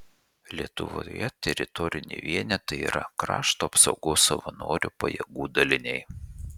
lietuvoje teritoriniai vienetai yra krašto apsaugos savanorių pajėgų daliniai